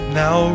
now